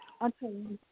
ਅੱਛਾ ਜੀ